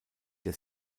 der